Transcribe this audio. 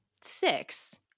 six